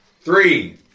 three